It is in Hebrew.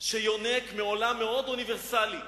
שיונק מעולם אוניברסלי מאוד,